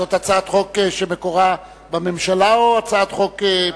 זו הצעת חוק שמקורה בממשלה, או הצעת חוק,